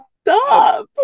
Stop